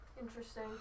interesting